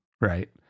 right